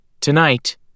Tonight